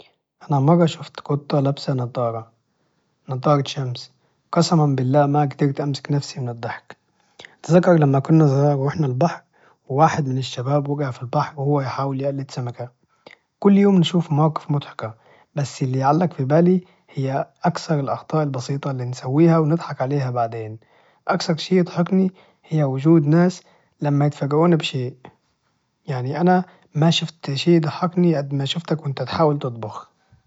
انا مرة شفت قطة لابسة نضاره نضارة شمس قسما بالله ما جدرت أمسك نفسي من الضحك تذكر لما كنا صغار وروحنا البحر وواحد من الشباب وقع في البحر وهو يحاول يقلد سمكة كل يوم نشوف مواقف مضحكة بس اللي يعلق في بالي هي أكثر الأخطاء البسيطة اللي نسويها ونضحك عليها بعدين أكثر شي يضحكني هي وجوه الناس لما يتفاجئون بشيء يعني انا ماشفت شي يضحكني أد ما شفتك وانت تحاول تطبخ